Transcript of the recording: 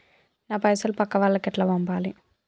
నా పైసలు పక్కా వాళ్లకి ఎట్లా పంపాలి?